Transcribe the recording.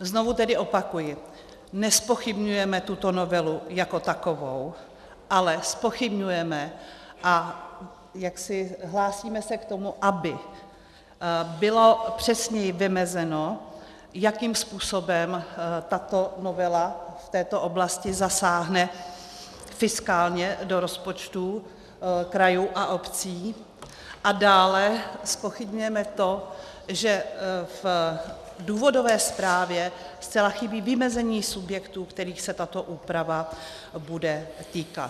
Znovu tedy opakuji, nezpochybňujeme tuto novelu jako takovou, ale zpochybňujeme a hlásíme se k tomu, aby bylo přesněji vymezeno, jakým způsobem tato novela v této oblasti zasáhne fiskálně do rozpočtů krajů a obcí, a dále zpochybňujeme to, že v důvodové zprávě zcela chybí vymezení subjektů, kterých se tato úprava bude týkat.